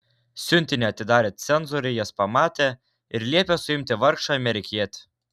siuntinį atidarę cenzoriai jas pamatė ir liepė suimti vargšą amerikietį